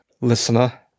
listener